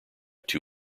two